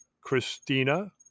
Christina